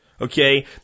Okay